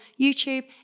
YouTube